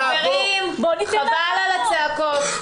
חברים, חבל על הצעקות.